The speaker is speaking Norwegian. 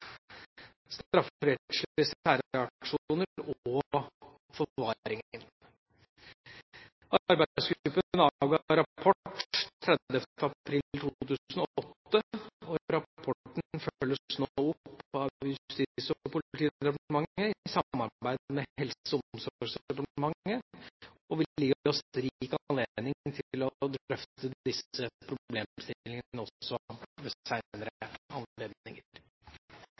rapport 30. april 2008, og rapporten følges nå opp av Justis- og politidepartementet i samarbeid med Helse- og omsorgsdepartementet, og vil gi oss rik anledning til å drøfte disse problemstillingene også